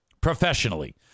professionally